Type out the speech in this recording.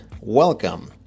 welcome